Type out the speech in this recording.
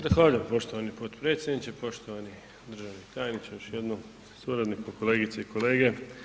Zahvaljujem poštovani potpredsjedniče, poštovani državni tajniče, još jednom, sa suradnikom, kolegice i kolege.